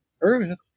Earth